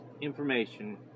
information